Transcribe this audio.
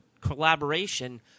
collaboration